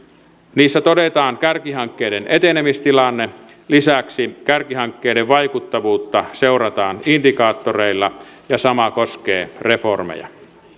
niissä todetaan kärkihankkeiden etenemistilanne lisäksi kärkihankkeiden vaikuttavuutta seurataan indikaattoreilla ja sama koskee reformeja